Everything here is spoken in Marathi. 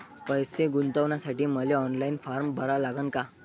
पैसे गुंतवासाठी मले ऑनलाईन फारम भरा लागन का?